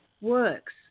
works